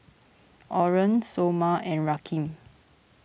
Oren Somer and Rakeem